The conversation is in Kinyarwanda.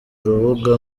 rubuga